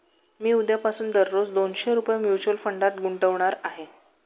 मी उद्यापासून दररोज दोनशे रुपये म्युच्युअल फंडात गुंतवणार आहे